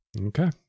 Okay